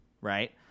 right